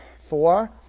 Four